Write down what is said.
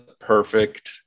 perfect